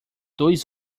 dois